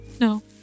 No